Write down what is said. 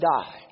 die